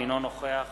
אינו נוכח